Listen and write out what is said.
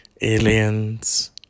aliens